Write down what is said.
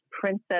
princess